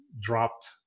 dropped